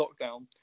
lockdown